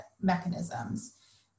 mechanisms